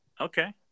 Okay